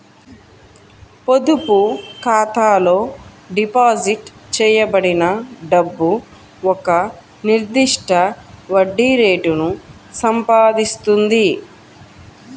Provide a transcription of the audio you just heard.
పొదుపు ఖాతాలో డిపాజిట్ చేయబడిన డబ్బు ఒక నిర్దిష్ట వడ్డీ రేటును సంపాదిస్తుంది